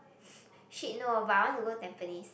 shit no but I want to go Tampines